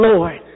Lord